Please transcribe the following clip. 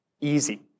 easy